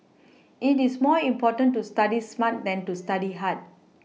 it is more important to study smart than to study hard